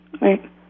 Right